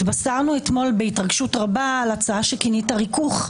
התבשרנו אתמול בהתרגשות רבה על ההצעה שכינית "ריכוך",